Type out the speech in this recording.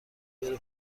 بره